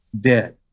dead